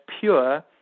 pure